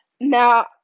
Now